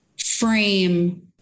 frame